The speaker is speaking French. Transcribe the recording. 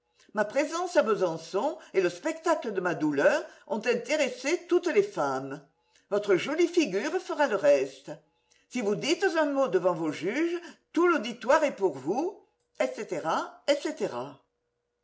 ma présence à besançon et le spectacle de ma douleur ont intéressé toutes les femmes votre jolie figure fera le reste si vous dites un mot devant vos juges tout l'auditoire est pour vous etc etc